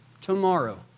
Tomorrow